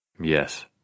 Yes